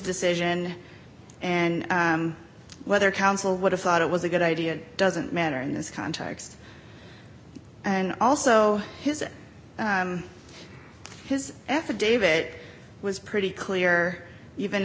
decision and whether counsel would have thought it was a good idea it doesn't matter in this context and also his his affidavit was pretty clear even